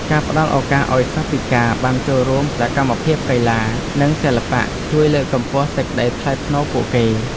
ការផ្តល់ឱកាសឱ្យសិស្សពិការបានចូលរួមសកម្មភាពកីឡានិងសិល្បៈជួយលើកកម្ពស់សេចក្តីថ្លៃថ្នូរពួកគេ។